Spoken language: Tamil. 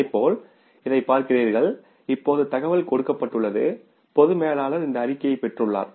இதேபோல் நீங்கள் இதைப் பார்க்கிறீர்கள் இப்போது தகவல் கொடுக்கப்பட்டுள்ளது பொது மேலாளர் இந்த அறிக்கையை பெற்றுள்ளார்